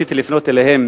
רציתי לפנות אליהם